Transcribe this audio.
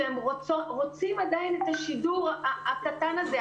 שהם רוצים עדיין את השידור הקטן הזה,